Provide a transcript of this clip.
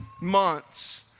months